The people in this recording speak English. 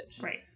Right